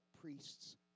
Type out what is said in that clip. priests